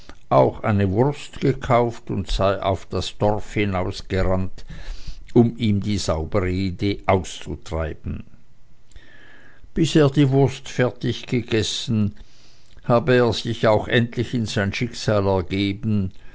auch eine wurst gekauft und sei auf das dorf hinausgerannt um ihm die saubere idee auszutreiben bis er die wurst fertig gegessen habe er auch sich endlich in sein schicksal ergeben